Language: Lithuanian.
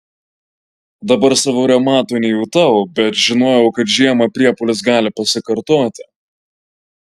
dabar savo reumato nejutau bet žinojau kad žiemą priepuolis gali pasikartoti